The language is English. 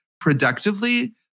productively